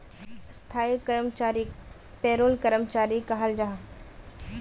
स्थाई कर्मचारीक पेरोल कर्मचारी कहाल जाहा